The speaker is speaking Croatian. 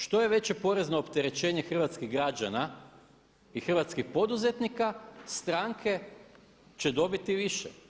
Što je veće porezno opterećenje hrvatskih građana i hrvatskih poduzetnika stranke će dobiti više.